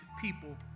people